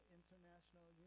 International